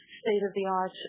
state-of-the-art